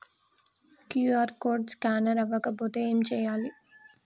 QR code scanner అవ్వకపోతే ఏం చేయాలి?